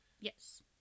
yes